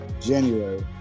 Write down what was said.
January